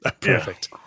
perfect